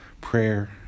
prayer